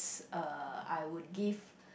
uh I would give